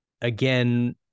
again